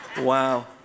wow